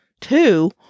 Two